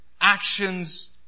actions